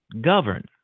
govern